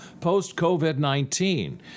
post-COVID-19